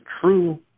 true